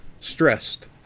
Stressed